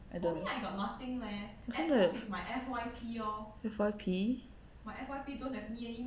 I the don't have F_Y_P